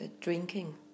drinking